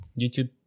youtube